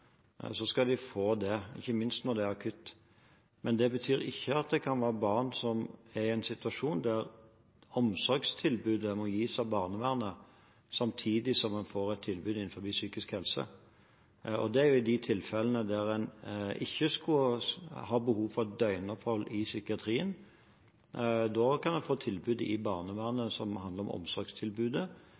skal de få det, ikke minst når det er akutt. Men det betyr ikke at det ikke kan være barn som er i en situasjon der omsorgstilbudet må gis av barnevernet, samtidig som en får et tilbud innenfor psykisk helse. Det er i de tilfellene der en ikke har behov for et døgnopphold i psykiatrien. Da kan en få tilbud i barnevernet, som handler om omsorgstilbudet,